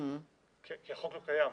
כי החוק לא קיים.